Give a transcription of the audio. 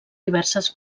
diverses